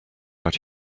but